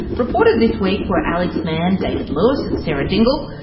reporters this week were alex mann, david lewis and sarah dingle.